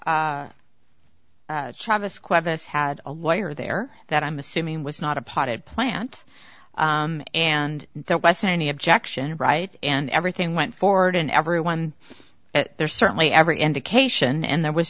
had a lawyer there that i'm assuming was not a potted plant and there wasn't any objection right and everything went forward and everyone there's certainly every indication and there was